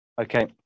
Okay